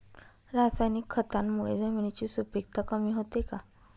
रासायनिक खतांमुळे जमिनीची सुपिकता कमी होते का?